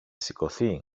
σηκωθεί